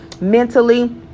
mentally